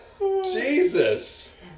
Jesus